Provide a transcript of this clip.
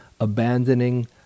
abandoning